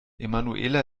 emanuela